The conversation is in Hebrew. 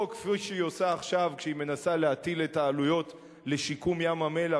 או כפי שהיא עושה עכשיו כשהיא מנסה להטיל את העלויות לשיקום ים-המלח,